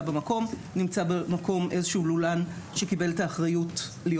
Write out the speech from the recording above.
במקום אלא במקום נמצא איזשהו לולן שקיבל את האחריות להיות